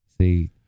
see